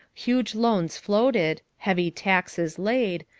huge loans floated, heavy taxes laid,